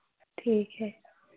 ठीक है